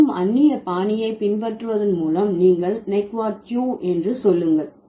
எழுதும் அந்நிய பாணியை பின்பற்றுவதன் மூலம் நீங்கள் நெக்வாட் யூ என்று சொல்லுங்கள்